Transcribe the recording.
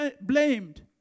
blamed